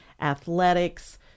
athletics